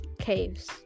caves